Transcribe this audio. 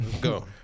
Go